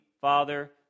Father